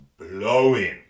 blowing